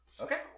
Okay